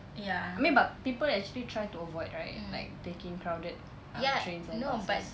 I mean but people try to actually avoid right like taking crowded public trains and buses